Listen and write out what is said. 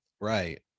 right